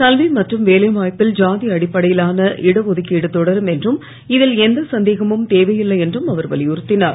கல்வி மற்றும் வேலைவாய்ப்பில் ஜாதி அடிப்படையிலான இட ஒதுக்கிடு தொடரும் என்றும் இதில் எந்த சந்தேகமும் தேவையில்லை என்றும் அவர் வலியுறுத்திஞர்